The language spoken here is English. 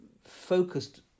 focused